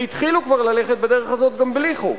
והתחילו כבר ללכת בדרך הזאת גם בלי חוק.